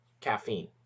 caffeine